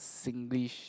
Singlish